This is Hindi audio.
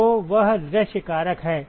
तो वह दृश्य कारक है